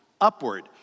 upward